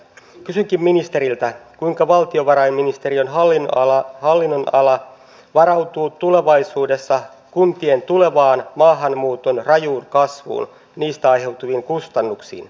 kysynkin ministeriltä kuinka valtiovarainministeriön hallinnonalan hallinnonala sitten tietenkin kuntien tulevan maahanmuuton rajuun kasvuun niistä aiheutuviin vastattavaa